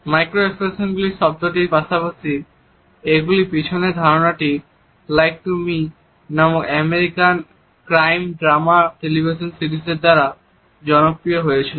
micro expression শব্দটির পাশাপাশি এগুলি পিছনের ধারণাটি lie to me Lie to Me নামক আমেরিকান ক্রাইম ড্রামা টেলিভিশন সিরিজের দ্বারা জনপ্রিয় হয়েছিল